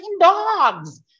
dogs